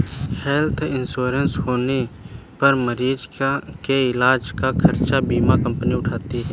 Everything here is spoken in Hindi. हेल्थ इंश्योरेंस होने पर मरीज के इलाज का खर्च बीमा कंपनी उठाती है